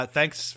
Thanks